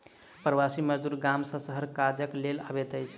प्रवासी मजदूर गाम सॅ शहर काजक लेल अबैत अछि